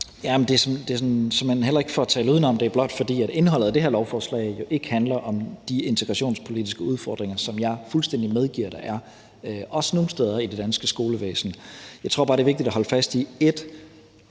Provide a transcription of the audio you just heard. Jamen det er såmænd heller ikke for at tale udenom. Det er blot, fordi indholdet af det her lovforslag jo ikke handler om de integrationspolitiske udfordringer, som jeg fuldstændig medgiver der er, også nogle steder i det danske skolevæsen. Jeg tror bare, det er vigtigt at holde fast i